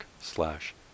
slash